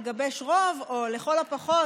לגבש רוב או לכל הפחות,